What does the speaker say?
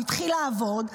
הוא התחיל לעבוד,